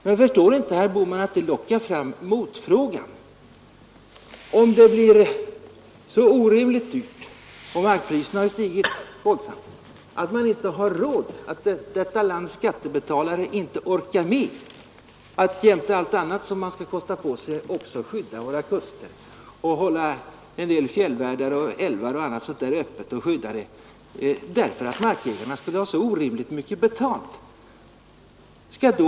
Men förstår inte herr Bohman att sådant resonemang lockar fram motfrågan: Om det blir så orimligt dyrt — och markpriserna har ju stigit våldsamt — att vårt lands skattebetalare inte orkar med att jämte allt annat som de skall kosta på sig också skydda våra kuster, fjällvärldar, älvar och annat sådant, därför att markägarna vill ha så orimligt mycket betalt, hur skall man göra då?